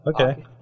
Okay